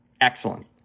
Excellent